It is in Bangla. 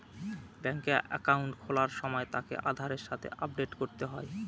ব্যাঙ্কে একাউন্ট খোলার সময় তাকে আধারের সাথে আপডেট করতে হয়